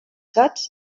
gats